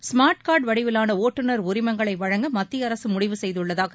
smart card வடிவிலான ஒட்டுநர் உரிமங்களை வழங்க மத்திய அரசு முடிவு செய்துள்ளதாக